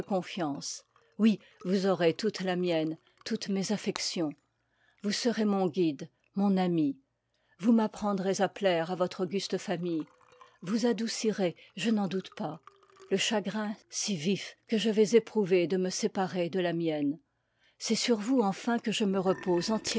confiance oui vous aurez toute la mienne i toutes mes affections vous serez mon guide mon ami vous m'apprendrez à j plaire à votre auguste famille vous adoucirez je n'en doute pas le chagrin si vif que je vais éprouver de me séparer de la mienne c'est sur vous enfin que je me repose